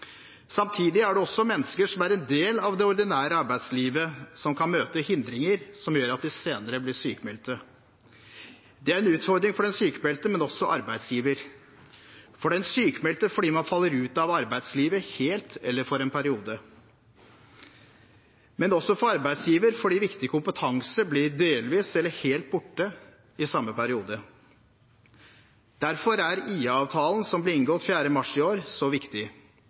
Samtidig er det også mennesker som er en del av det ordinære arbeidslivet, som kan møte hindringer som gjør at de senere blir sykmeldte. Det er en utfordring for den sykmeldte, men også for arbeidsgiveren – for den sykmeldte fordi man faller ut av arbeidslivet helt eller for en periode, men også for arbeidsgiveren fordi viktig kompetanse blir delvis eller helt borte i samme periode. Derfor er IA-avtalen som ble inngått 4. mars i år, så viktig,